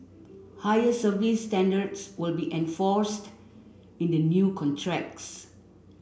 higher service standards will be enforced in the new contracts